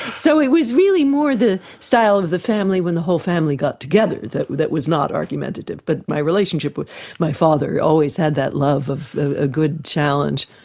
so it was really more the style of the family when the whole family got together that that was not argumentative, but my relationship with my father always had that love of a good challenge.